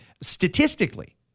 statistically